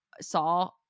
saw